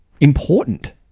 important